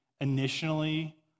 initially